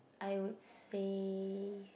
I would say